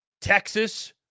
Texas